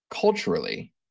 culturally